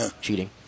Cheating